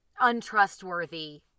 untrustworthy